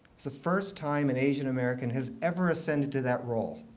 it's the first time an asian-american has ever ascended to that role,